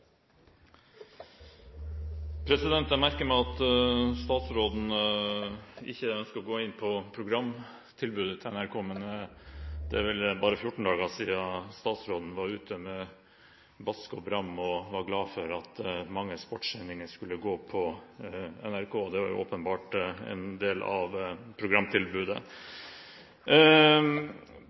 oppfølgingsspørsmål. Jeg merker meg at statsråden ikke ønsker å gå inn på programtilbudet til NRK, men det er bare 14 dager siden statsråden var ute med brask og bram og var glad for at mange sportssendinger skulle gå på NRK, og det er jo åpenbart en del av programtilbudet.